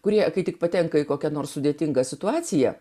kurie kai tik patenka į kokią nors sudėtingą situaciją